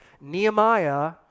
Nehemiah